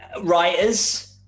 writers